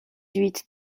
huit